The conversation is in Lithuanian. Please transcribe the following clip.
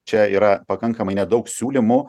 čia yra pakankamai nedaug siūlymų